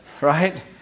Right